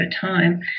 time